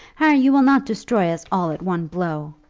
harry, you will not destroy us all at one blow?